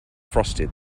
frosted